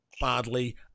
badly